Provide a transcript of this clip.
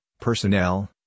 personnel